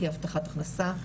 היא הבטחת הכנסה,